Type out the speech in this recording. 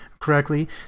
correctly